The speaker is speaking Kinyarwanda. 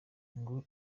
ngo